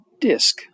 disc